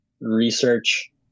research